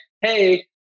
hey